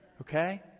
Okay